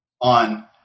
on